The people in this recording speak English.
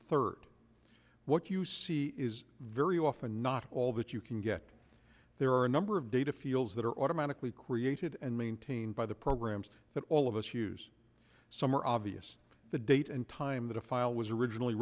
third what you see is very often not all that you can get there are a number of data fields that are automatically created and maintained by the programs that all of us use some are obvious the date and time that a file was originally